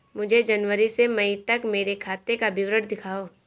मुझे जनवरी से मई तक मेरे खाते का विवरण दिखाओ?